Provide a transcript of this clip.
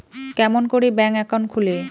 কেমন করি bank account খুলে?